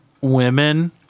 women